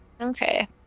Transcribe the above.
Okay